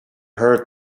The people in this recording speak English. heard